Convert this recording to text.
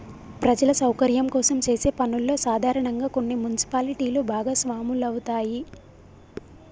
ప్రజల సౌకర్యం కోసం చేసే పనుల్లో సాధారనంగా కొన్ని మున్సిపాలిటీలు భాగస్వాములవుతాయి